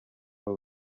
aba